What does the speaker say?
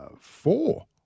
four